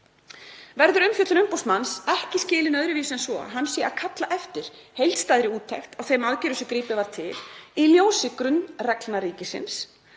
Verður umfjöllun umboðsmanns ekki skilin öðruvísi en svo að hann sé að kalla eftir heildstæðri úttekt á þeim aðgerðum sem gripið var til í ljósi grunnreglna ríkisins